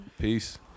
Peace